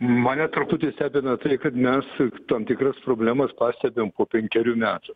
mane truputį stebina tai kad mes tam tikras problemas pastebim po penkerių metų